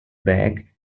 back